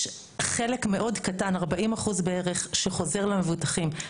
יש חלק מאוד קטן, 40% בערך שחוזר למבוטחים.